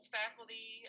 faculty